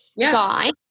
guy